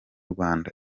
rwanda